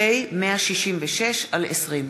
פ/166/20.